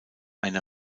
eine